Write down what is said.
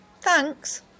Thanks